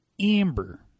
Amber